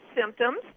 symptoms